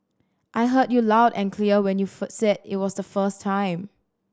I heard you loud and clear when you said it was the first time